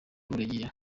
buregeya